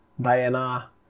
Diana